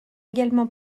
également